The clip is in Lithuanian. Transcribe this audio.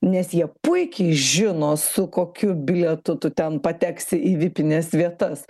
nes jie puikiai žino su kokiu bilietu tu ten pateksi į vipines vietas